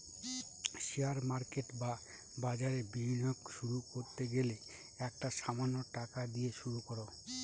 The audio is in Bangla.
শেয়ার মার্কেট বা বাজারে বিনিয়োগ শুরু করতে গেলে একটা সামান্য টাকা দিয়ে শুরু করো